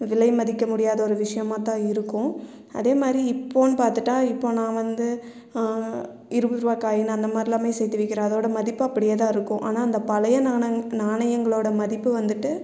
விலை மதிக்க முடியாத ஒரு விஷிமாத்தான் இருக்கும் அதேமாதிரி இப்போன் பார்த்துட்டா இப்போ நான் வந்து இருவதுருபா காய்ன் அந்தமாதிரிலாமே சேர்த்து வக்கிறேன் அதோடய மதிப்பு அப்படியே தான் இருக்கும் ஆனால் அந்த பழைய நாணங் நாணயங்களோடய மதிப்பு வந்துட்டு